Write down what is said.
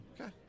Okay